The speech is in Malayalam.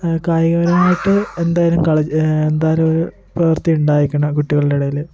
കായികപരമായിട്ട് എന്തായാലും കളി എന്തായാലും ഒരു പ്രവർത്തി ഉണ്ടായിരിക്കണം കുട്ടികളുടെ ഇടയില്